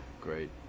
great